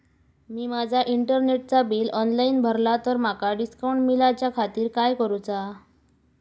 मी माजा इंटरनेटचा bill online भरला तर माका डिस्काउंट मिलाच्या खातीर काय करुचा?